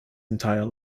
entire